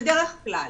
בדרך כלל.